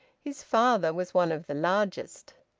his father's was one of the largest.